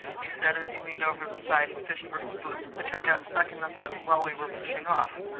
he said as he leaned over the side and fished for his boots which had got stuck in the mud while we were pushing off.